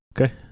Okay